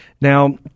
Now